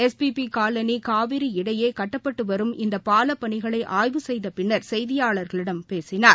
S P P colony Kaveri இடையே கட்டப்பட்டு வரும் இந்த பாலப்பணிகளை ஆய்வு செய்த பின்னர் செய்தியாளர்களிடம் அவர் பேசினார்